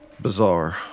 bizarre